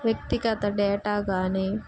వ్యక్తిగత డేటా కానీ